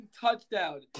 touchdown